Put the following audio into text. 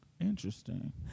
Interesting